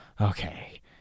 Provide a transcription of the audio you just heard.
Okay